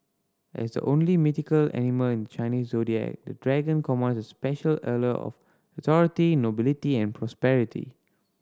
as the only mythical animal in Chinese Zodiac the Dragon commands a special allure of authority nobility and prosperity